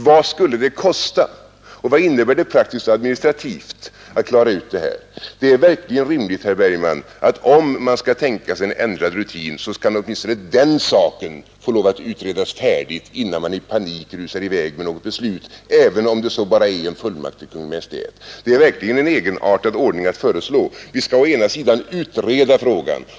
Vad skulle det kosta och vad innebär det praktiskt administrativt att klara ut detta med en ändrad utbetalningsform? Det är verkligen ett rimligt krav, herr Bergman, om man skall tänka sig en ändrad rutin, att åtminstone denna fråga är färdigutredd innan man i panik rusar i väg med något beslut, även om det så bara gäller en fullmakt till Kungl. Maj:t. Det är verkligen en egenartad anordning som föreslås. Vi skall å ena sidan utreda frågan.